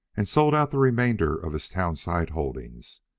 and sold out the remainder of his town-site holdings.